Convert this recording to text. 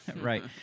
Right